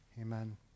Amen